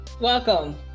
Welcome